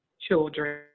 children